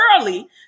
early